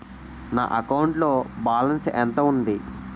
నా అకౌంట్ లో బాలన్స్ ఎంత ఉంది?